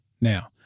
Now